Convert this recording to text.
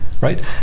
Right